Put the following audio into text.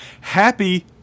Happy